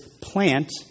plant